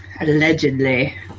Allegedly